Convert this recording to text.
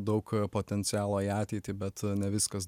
daug potencialo į ateitį bet ne viskas